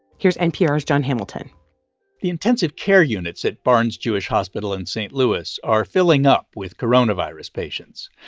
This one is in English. here's npr's jon hamilton the intensive care units at barnes-jewish hospital in st. louis are filling up with coronavirus patients,